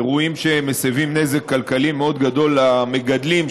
אירועים שמסיבים נזק כלכלי מאוד גדול למגדלים,